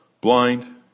Blind